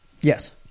Yes